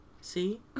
See